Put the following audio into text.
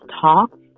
talk